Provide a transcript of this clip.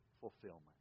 fulfillment